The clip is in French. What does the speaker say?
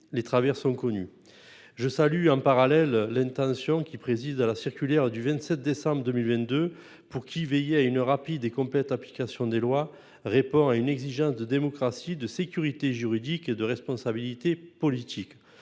les travers sont connues. Je salue un parallèle l'intention qui préside à la circulaire du 27 décembre 2022 pour qui veiller à une rapide et complète application des lois répond à une exigence de démocratie de sécurité juridique et de responsabilité politique.